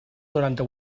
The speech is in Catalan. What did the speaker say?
noranta